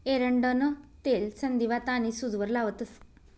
एरंडनं तेल संधीवात आनी सूजवर लावतंस